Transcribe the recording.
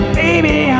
baby